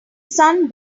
sun